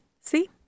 See